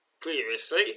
previously